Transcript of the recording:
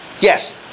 Yes